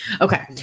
Okay